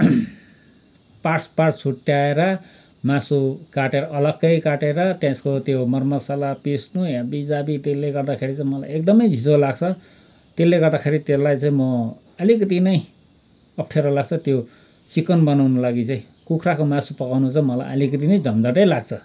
parts parts छुटाएर मासु काटेर अलकै काटेर त्यसको त्यो मर मसला पिस्नु हाबी जाबी त्यसले गर्दाखेरि चाहिँ मलाई एकदमै झिँझो लाग्छ त्यसले गर्दाखेरि त्यसलाई चाहिँ म अलिकति नै अपठ्यारो लाग्छ त्यो चिकन बनाउनु लागि चाहिँ कुखुराको मासु पकाउनु चाहिँ मलाई अलिकति झनझटै लाग्छ